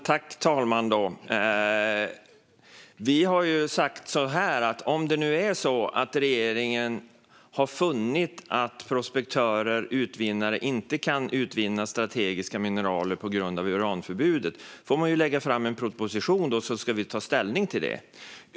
Herr talman! Vi har sagt så här: Om det nu är så att regeringen har funnit att prospektörer och utvinnare inte kan utvinna strategiska mineral på grund av uranförbudet får man lägga fram en proposition, och då ska vi ta ställning till detta.